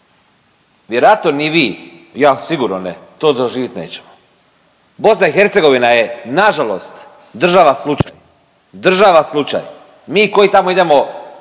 Vjerojatno ni vi, ja sigurno ne to doživ nećemo. BiH je nažalost država slučaj, država slučaj. Mi koji tamo idemo